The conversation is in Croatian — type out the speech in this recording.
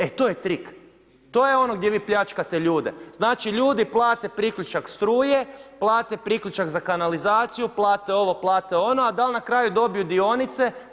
E tu je trik, to je ono gdje vi pljačkate ljude. znači ljudi plate priključak struje, plate priključak za kanalizaciju, plate ovo, plate ono, ali da li na kraju dobiju dionice?